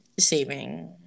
saving